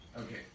Okay